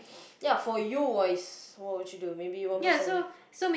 ya for you wise what would you do maybe one percent